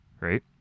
Right